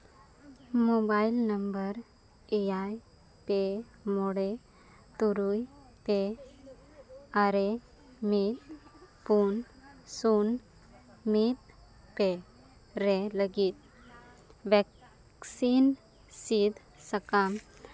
mobile number ᱮᱭᱟᱭ ᱯᱮ ᱢᱚᱬᱮ ᱛᱩᱨᱩᱭ ᱯᱮ ᱟᱨᱮ ᱢᱤᱫ ᱯᱩᱱ ᱥᱩᱱ ᱢᱤᱫ ᱯᱮ ᱨᱮ ᱞᱟᱹᱜᱤᱫ ᱵᱷᱮᱠᱥᱤᱱ ᱥᱤᱫ ᱥᱟᱠᱟᱢ